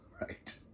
Right